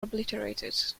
obliterated